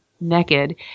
naked